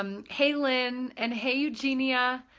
um hey lynn, and hey eugenia.